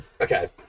okay